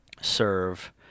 serve